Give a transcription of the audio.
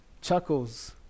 chuckles